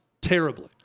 terribly